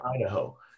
Idaho